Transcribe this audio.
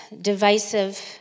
divisive